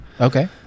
Okay